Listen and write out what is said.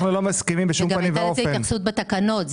גם הייתה לזה התייחסות בתקנות,